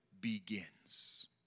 begins